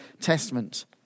Testament